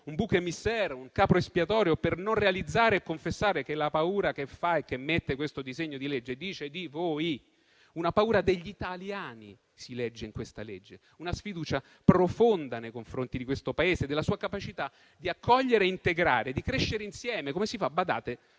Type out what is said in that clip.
un *bouc émissaire*, un capro espiatorio, per non realizzare e confessare quello che la paura che fa e che mette questo decreto-legge dice di voi. La paura degli italiani si legge nel provvedimento in discussione. Una sfiducia profonda nei confronti di questo Paese, della sua capacità di accogliere e integrare e di crescere insieme, come si fa - badate